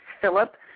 Philip